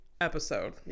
episode